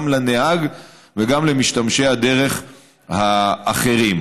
גם לנהג וגם למשתמשי הדרך האחרים.